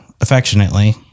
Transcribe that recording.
affectionately